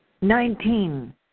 Nineteen